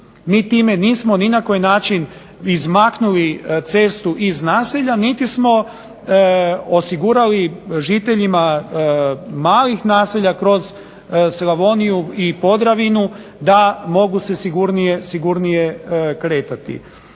Mi time nismo ni na koji način izmaknuli cestu iz naselja niti smo osigurali žiteljima malih naselja kroz Slavoniju i Podravinu da mogu se sigurnije kretati.